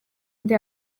nde